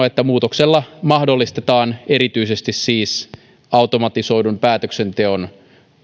että muutoksella mahdollistetaan erityisesti siis automatisoidun päätöksenteon